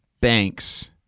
Banks